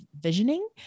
visioning